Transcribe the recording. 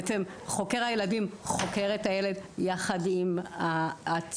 בעצם חוקר הילדים חוקר את הילד יחד עם הצוות.